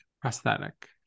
prosthetic